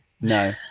No